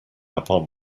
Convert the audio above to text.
upon